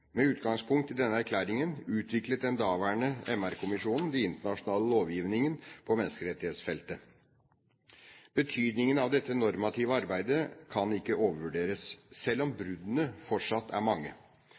Med utgangspunkt i denne erklæringen utviklet den daværende MR-kommisjonen den internasjonale lovgivningen på menneskerettighetsfeltet. Betydningen av dette normative arbeidet kan ikke overvurderes, selv om